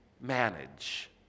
manage